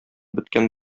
беткән